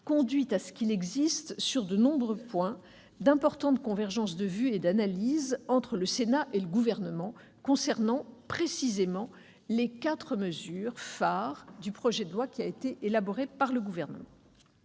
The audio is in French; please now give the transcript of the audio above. conduit à ce qu'il existe, sur de nombreux points, d'importantes convergences de vue et d'analyse entre le Sénat et le Gouvernement, concernant précisément les quatre mesures phares du projet de loi. Ainsi votre commission